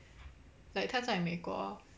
like 他在美国